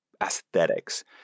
aesthetics